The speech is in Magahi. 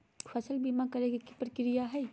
फसल बीमा करे के प्रक्रिया का हई?